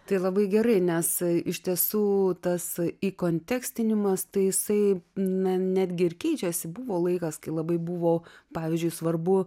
tai labai gerai nes iš tiesų tas įkontekstinimas tai jisai na netgi ir keičiasi buvo laikas kai labai buvo pavyzdžiui svarbu